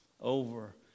over